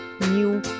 new